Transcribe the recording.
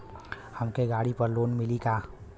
हमके गाड़ी पर लोन मिली का?